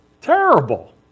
Terrible